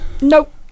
Nope